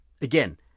Again